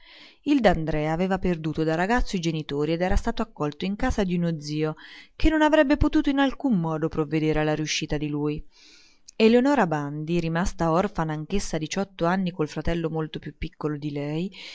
tutto il d'andrea aveva perduto da ragazzo i genitori ed era stato accolto in casa d'uno zio che non avrebbe potuto in alcun modo provvedere alla riuscita di lui eleonora bandi rimasta orfana anch'essa a diciotto anni col fratello molto più piccolo di lei